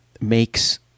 makes